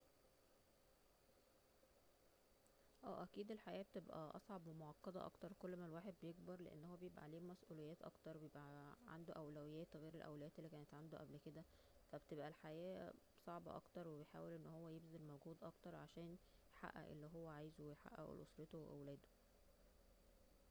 اه اكيد الحياة بتبقا اصعب ومعقدة اكتر كل ما الواحد بيكبر لان هو بيبقى عليه مسؤوليات اكتر عنده أولويات غير الأولويات اللي كانت عنده قبل كده ف بتبقى الحياة صعبة اكتر وبيحاول أن هو يبذل مجهود اكتر علشان يحقق اللي هو عايزه ويحققه لأسرته وأولاده